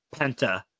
Penta